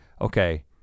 okay